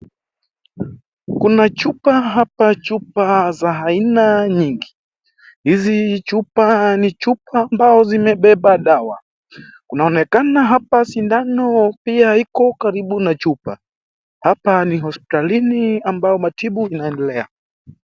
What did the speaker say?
Kuna chupa hapa, chupa za aina nyingi. Hizi chupa ni chupa ambao zimebeba dawa. Kunaonekana hapa sindano pia iko karibu na chupa. Hapa ni hosipitalini ambao matibu zinaendelea.